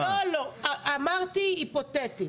לא, אמרתי היפותטית.